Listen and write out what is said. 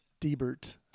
Debert